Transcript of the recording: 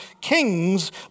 kings